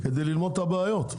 כדי ללמוד את הבעיות.